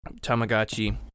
Tamagotchi